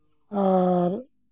ᱟᱨ